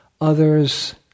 others